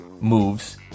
moves